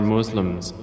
Muslims